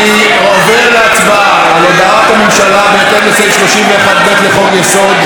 אני עובר להצבעה על הודעת הממשלה בהתאם לסעיף 31(ב) לחוק-יסוד: